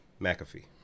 McAfee